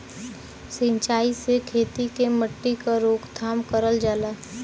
सिंचाई से खेती के मट्टी क रोकथाम करल जाला